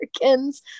Americans